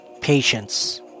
Patience